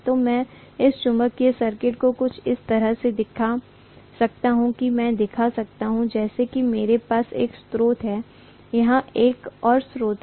तो मैं इस चुंबकीय सर्किट को कुछ इस तरह से दिखा सकता हूं मैं दिखा सकता हूं जैसे कि मेरे पास एक स्रोत है यहां एक और स्रोत है